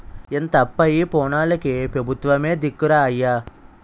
ఇంత అప్పయి పోనోల్లకి పెబుత్వమే దిక్కురా అయ్యా